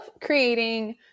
creating